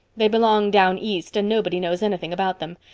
they belong down east and nobody knows anything about them.